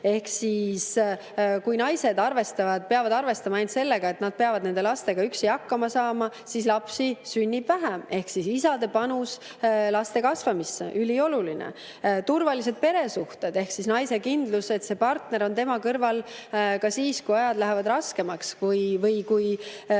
töödes. Kui naised peavad arvestama sellega, et nad peavad lastega üksi hakkama saama, siis lapsi sünnib vähem, ehk isade panus laste kasvatamisse on ülioluline. Turvalised peresuhted ehk naise kindlus, et partner on tema kõrval ka siis, kui ajad lähevad raskemaks, või kui